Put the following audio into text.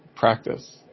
Practice